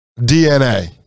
DNA